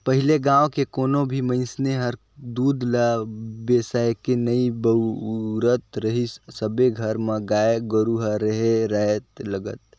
पहिले गाँव के कोनो भी मइनसे हर दूद ल बेसायके नइ बउरत रहीस सबे घर म गाय गोरु ह रेहे राहय लगत